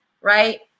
right